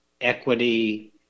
equity